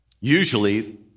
Usually